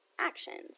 actions